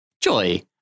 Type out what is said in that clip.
Joy